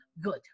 good